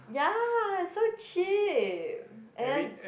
ya so cheap and then